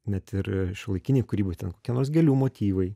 net ir šiuolaikinėj kūryboje ten kokie nors gėlių motyvai